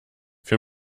für